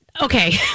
okay